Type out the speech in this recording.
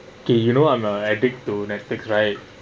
okay you know I'm a addict to netflix right